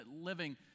living